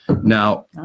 Now